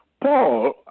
Paul